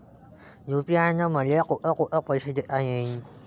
UPI न मले कोठ कोठ पैसे देता येईन?